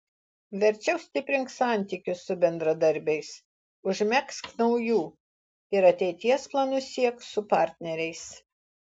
verčiau stiprink santykius su bendradarbiais užmegzk naujų ir ateities planus siek su partneriais